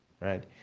Right